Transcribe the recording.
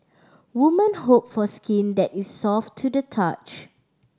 woman hope for skin that is soft to the touch